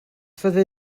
fyddi